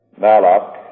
Malak